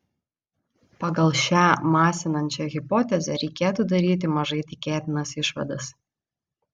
pagal šią masinančią hipotezę reikėtų daryti mažai tikėtinas išvadas